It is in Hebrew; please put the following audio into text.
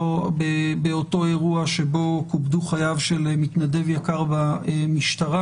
באותו אירוע שבו קופדו חייו של מתנדב יקר במשטרה,